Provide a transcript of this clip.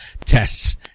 tests